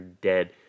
dead